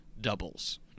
doubles